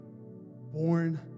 born